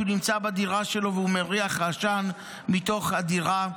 נמצא בדירה שלו והוא מריח עשן מתוך הדירה,